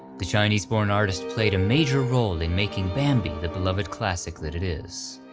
the chinese-born artist played a major role in making bambi the beloved classic that it is.